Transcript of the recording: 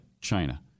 China